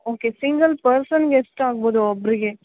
okay single ಪರ್ಸನ್ಗೆ ಎಷ್ಟು ಆಗ್ಬೋದು ಒಬ್ಬರಿಗೆ